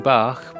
Bach